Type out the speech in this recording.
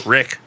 Rick